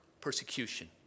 persecution